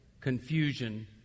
confusion